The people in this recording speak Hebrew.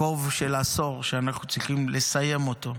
חוב של עשור שאנחנו צריכים לסיים אותו.